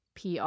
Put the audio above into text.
pr